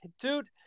dude